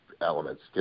elements